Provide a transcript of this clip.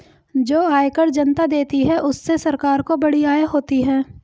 जो आयकर जनता देती है उससे सरकार को बड़ी आय होती है